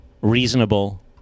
reasonable